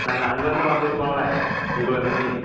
நாங்கள் அங்கேருந்து வந்திருக்கோம்ல உங்களை நம்பி